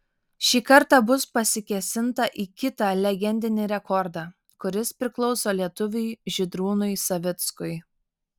šį kartą bus pasikėsinta į kitą legendinį rekordą kuris priklauso lietuviui žydrūnui savickui